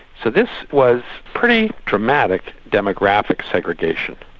so this was pretty dramatic demographic segregation,